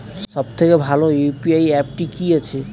সবচেয়ে ভালো ইউ.পি.আই অ্যাপটি কি আছে?